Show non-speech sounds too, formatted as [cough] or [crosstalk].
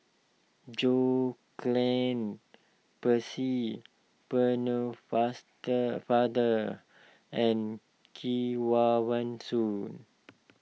John Clang Percy [unintelligible] Faster Father and Kevavan Soon